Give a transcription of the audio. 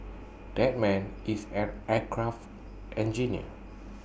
that man is an aircraft engineer